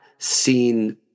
seen